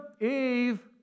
Eve